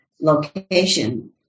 location